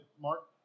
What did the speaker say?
Mark